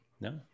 No